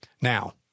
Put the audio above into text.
now